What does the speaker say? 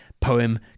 poem